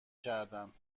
کردم